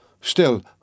Still